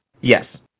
yes